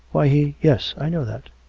why, he yes i know that.